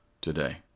today